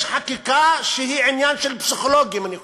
יש חקיקה שהיא עניין של פסיכולוגים, אני חושב.